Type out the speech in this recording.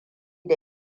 da